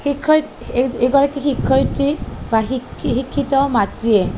শিক্ষয়ত এগৰাকী শিক্ষয়ত্ৰী বা শিক্ষিত মাতৃয়ে